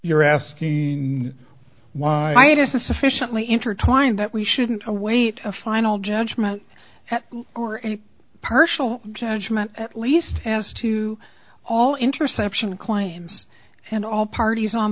you're asking why it is a sufficiently intertwined that we shouldn't await a final judgment or any partial judgement at least as to all interception claims and all parties on